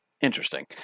Interesting